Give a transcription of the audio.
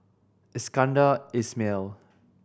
Iskandar Ismail